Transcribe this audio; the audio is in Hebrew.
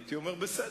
הייתי אומר: בסדר,